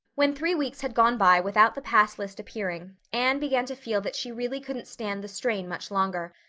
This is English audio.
when three weeks had gone by without the pass list appearing anne began to feel that she really couldn't stand the strain much longer.